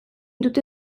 dute